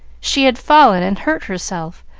she had fallen and hurt herself,